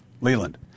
Leland